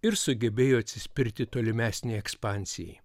ir sugebėjo atsispirti tolimesnei ekspansijai